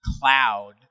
cloud